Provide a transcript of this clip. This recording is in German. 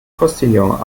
postillon